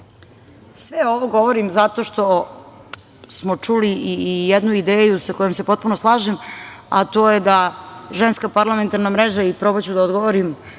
ovo govorim zato što smo čuli i jednu ideju sa kojom se potpuno slažem, a to je da Ženska parlamentarna mreža i probaću da odgovorim